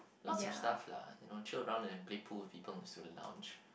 lots of stuffs lah you know chill around and play pool with people in the student lounge